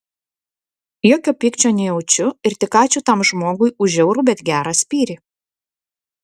jokio pykčio nejaučiu ir tik ačiū tam žmogui už žiaurų bet gerą spyrį